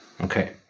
Okay